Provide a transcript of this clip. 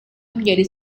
menjadi